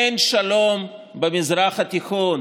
אין שלום במזרח התיכון